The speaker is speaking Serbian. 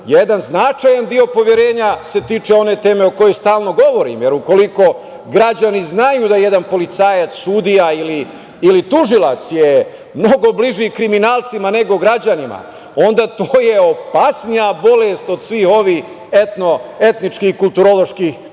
jedan značajan deo poverenja se tiče one teme o kojoj stalno govorim, jer ukoliko građani znaju da jedan policajac, sudija ili tužilac je mnogo bliži kriminalcima nego građanima, onda je to opasnija bolest od svih ovih etničkih i kulturoloških